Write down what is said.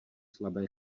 slabé